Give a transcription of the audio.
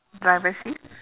driver seat